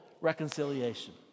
reconciliation